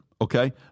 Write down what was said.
Okay